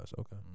Okay